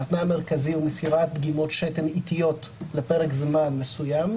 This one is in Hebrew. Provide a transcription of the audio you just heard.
והתנאי המרכזי הוא מסירת דגימות שתן עתיות לפרק זמן מסוים,